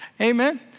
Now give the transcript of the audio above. Amen